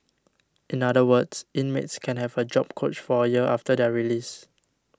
in other words inmates can have a job coach for a year after their release